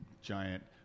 giant